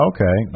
Okay